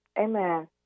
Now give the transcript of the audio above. Amen